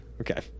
Okay